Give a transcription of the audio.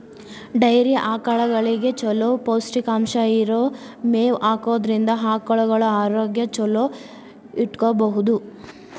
dairy ಆಕಳಗಳಿಗೆ ಚೊಲೋ ಪೌಷ್ಟಿಕಾಂಶ ಇರೋ ಮೇವ್ ಹಾಕೋದ್ರಿಂದ ಆಕಳುಗಳ ಆರೋಗ್ಯ ಚೊಲೋ ಇಟ್ಕೋಬಹುದು